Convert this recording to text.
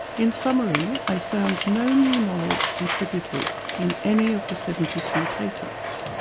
in summary i found no new knowledge contributed in any of the seventy two patents.